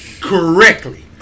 Correctly